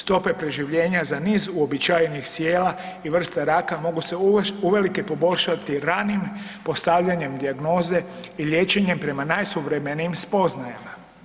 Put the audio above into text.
Stope preživljenja za niz uobičajenih sijela i vrste raka mogu se uvelike poboljšati ranim postavljanjem dijagnoze i liječenjem prema najsuvremenijim spoznajama.